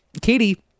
Katie